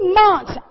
months